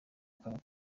akanga